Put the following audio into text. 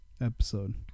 episode